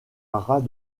ras